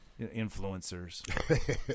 influencers